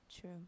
true